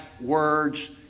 words